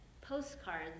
postcards